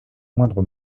moindre